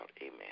Amen